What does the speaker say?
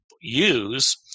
use